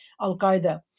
Al-Qaeda